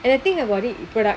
and I think about it you put it